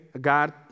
God